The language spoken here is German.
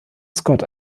scott